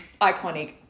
iconic